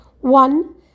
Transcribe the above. One